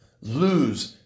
lose